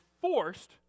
forced